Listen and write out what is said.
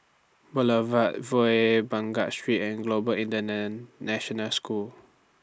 Boulevard Vue Baghdad Street and Global Indian International School